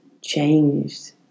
changed